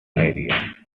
area